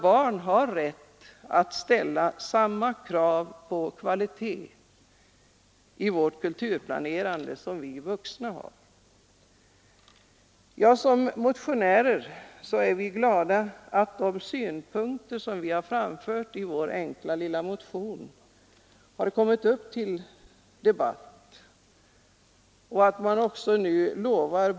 Barn har rätt att ställa samma krav på kvalitet i vårt kulturplanerande som vi vuxna har. Som motionärer är vi glada över att de synpunkter som vi har framfört i vår enkla motion har kommit upp till debatt.